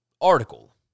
article